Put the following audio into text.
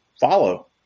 follow